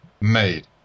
made